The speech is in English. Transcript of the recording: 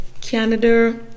Canada